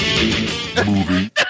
Movie